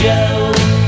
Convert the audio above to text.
Joe